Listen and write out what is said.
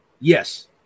Yes